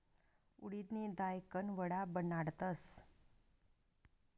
उडिदनी दायकन वडा बनाडतस